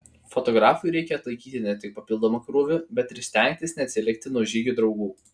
fotografui reikia atlaikyti ne tik papildomą krūvį bet ir stengtis neatsilikti nuo žygio draugų